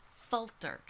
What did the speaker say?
filtered